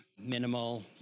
minimal